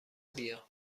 بیا